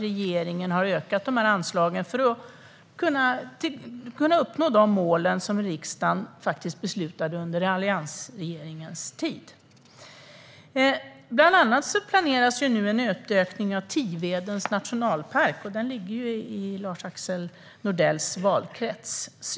Regeringen har ökat anslagen för att kunna uppnå de mål som riksdagen beslutade om under alliansregeringens tid. Nu planeras det bland annat en utökning av Tivedens nationalpark, och den ligger ju i Lars-Axel Nordells valkrets.